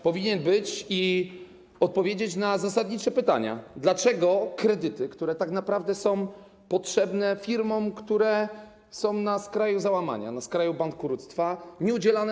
Powinien być i odpowiedzieć na zasadnicze pytania: Dlaczego kredyty, które tak naprawdę są potrzebne firmom, które są na skraju załamania, na skraju bankructwa, nie są udzielane?